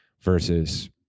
versus